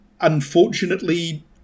Unfortunately